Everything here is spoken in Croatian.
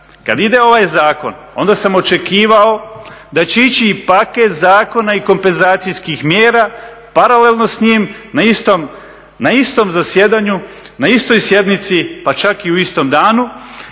kada ide ovaj zakon onda sam očekivao da će ići i paket zakona i kompenzacijskih mjera paralelno s njim na istom zasjedanju, na istoj sjednici, pa čak i u istom danu